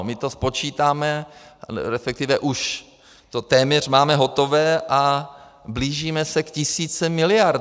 Ano, my to spočítáme, resp. už to téměř máme hotové, a blížíme se k tisíci miliard.